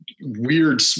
weird